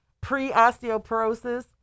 pre-osteoporosis